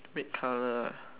red colour